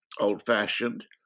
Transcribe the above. old-fashioned